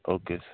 okay